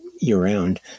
year-round